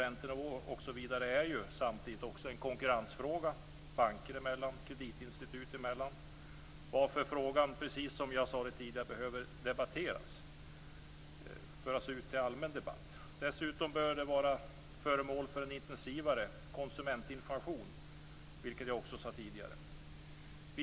Räntenivåer är också en konkurrensfråga banker och kreditinstitut emellan, varför frågan, precis som jag tidigare sagt, behöver föras ut till allmän debatt. Dessutom bör det bedrivas en intensivare konsumentinformation, som jag också sagt tidigare.